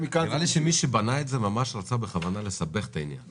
נראה לי שמי שבנה את זה ממש רצה לסבך את העניין בכוונה.